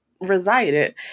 resided